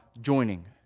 joining